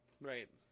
Right